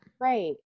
right